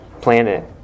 planet